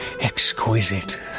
exquisite